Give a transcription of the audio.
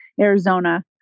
Arizona